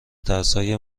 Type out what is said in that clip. ترسهای